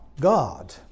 God